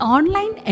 Online